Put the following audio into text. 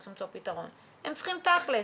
הם צריכים תכלס,